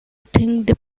think